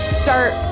start